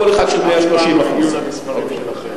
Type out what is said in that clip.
כל אחת של 130%. אף פעם לא דומים למספרים שלכם.